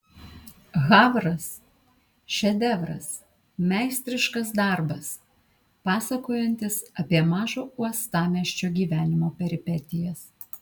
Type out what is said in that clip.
havras šedevras meistriškas darbas pasakojantis apie mažo uostamiesčio gyvenimo peripetijas